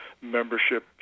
membership